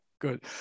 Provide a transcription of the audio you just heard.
Good